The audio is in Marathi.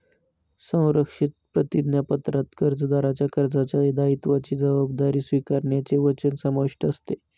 संरक्षित प्रतिज्ञापत्रात कर्जदाराच्या कर्जाच्या दायित्वाची जबाबदारी स्वीकारण्याचे वचन समाविष्ट असते